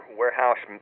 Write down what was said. warehouse